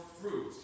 fruit